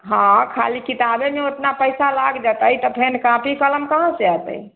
हँ खाली किताबेमे ओतना पैसा लागि जतै तऽ फेन कॉपी कलम कहाँ से एतै